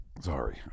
Sorry